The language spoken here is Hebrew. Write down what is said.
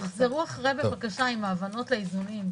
תחזרו אחרי בבקשה עם ההבנות לאיזונים,